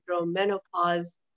menopause